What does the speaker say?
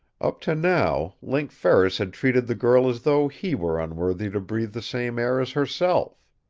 up to now, link ferris had treated the girl as though he were unworthy to breathe the same air as herself.